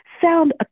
sound